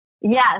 Yes